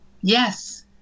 Yes